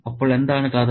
അപ്പോൾ എന്താണ് കഥ